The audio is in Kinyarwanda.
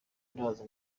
ndaza